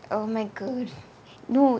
oh my god no